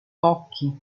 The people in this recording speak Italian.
occhi